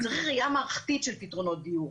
צריך ראייה מערכתית של פתרונות דיור,